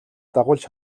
дагуулж